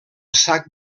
sac